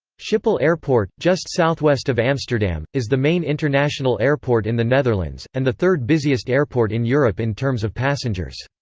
schiphol airport, just southwest of amsterdam is the main international airport in the netherlands, and the third busiest airport in europe in terms of passengers.